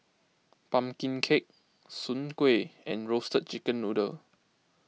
Pumpkin Cake Soon Kueh and Roasted Chicken Noodle